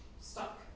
stuck